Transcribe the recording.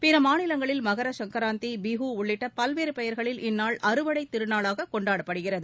பிற மாநிலங்களில் மகரசங்கராந்தி பிஹூ உள்ளிட்ட பல்வேறு பெயர்களில் இந்நாள் அறுவடை திருநாளாக கொண்டாடப்படுகிறது